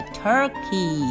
turkey